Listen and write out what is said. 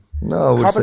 No